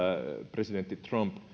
presidentti trump